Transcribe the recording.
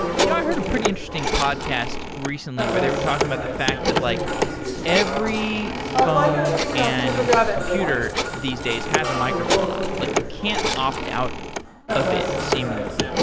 yeah i heard a pretty interesting podcast recently where they were talking about the fact that like every phone and computer these days has microphone on it. like you can't opt out of it seemingly.